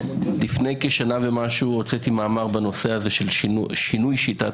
לפני כשנה ומשהו הוצאתי מאמר בנושא הזה של שינוי שיטת